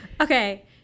Okay